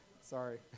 Sorry